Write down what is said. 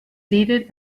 seated